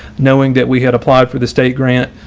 knowing that we had applied for the state grant,